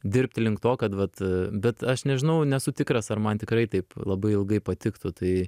dirbti link to kad vat bet aš nežinau nesu tikras ar man tikrai taip labai ilgai patiktų tai